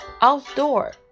Outdoor